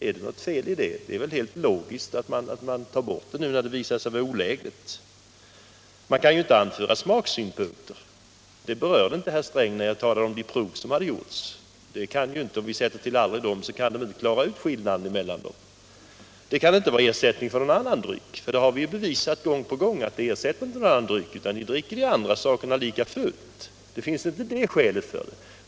Är det något fel i det? Det är väl helt logiskt att man tar bort det när det visat sig vara olägligt. Man kan ju inte anföra smaksynpunkter — herr Sträng berörde inte de prov som har gjorts och som jag talade om. Det går inte att klara ut skillnaden mellan olika ölsorter. Mellanölet kan inte vara ersättning för någon annan dryck. Det är bevisat gång på gång att det ersätter inte någon annan dryck, utan de som dricker mellanöl dricker de andra sakerna lika fullt.